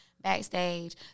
backstage